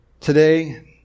Today